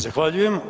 Zahvaljujem.